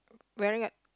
wearing at